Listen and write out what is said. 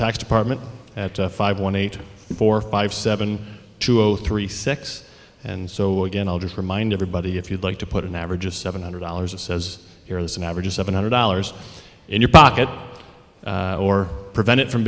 ax department at five one eight four five seven two zero three six and so again i'll just remind everybody if you'd like to put an average of seven hundred dollars it says here is an average of seven hundred dollars in your pocket or prevent it from